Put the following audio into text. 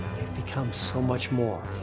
become so much more.